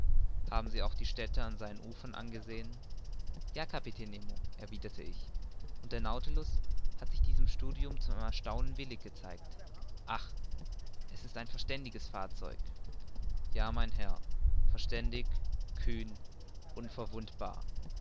haben sie auch die städte an seinen ufern angesehen ja kapitän nemo erwiderte ich und der nautilus hat sich diesem studium zum erstaunen willig gezeigt ach es ist ein verständiges fahrzeug ja mein herr verständig kühn und unverwundbar